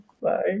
Bye